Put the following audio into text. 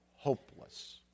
hopeless